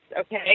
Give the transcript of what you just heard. okay